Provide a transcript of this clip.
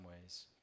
ways